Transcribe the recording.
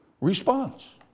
response